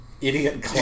idiot